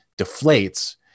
deflates